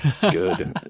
good